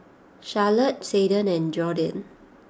Charolette Seldon and Jordyn